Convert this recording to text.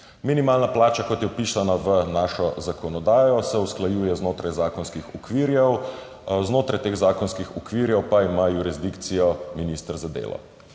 Minimalna plača, kot je vpisana v našo zakonodajo, se usklajuje znotraj zakonskih okvirov, znotraj teh zakonskih okvirov pa ima jurisdikcijo minister za delo.